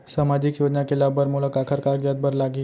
सामाजिक योजना के लाभ बर मोला काखर कागजात बर लागही?